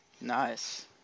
Nice